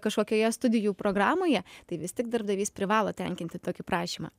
kažkokioje studijų programoje tai vis tik darbdavys privalo tenkinti tokį prašymą